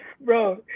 Bro